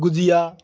গুজিয়া